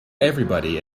everybody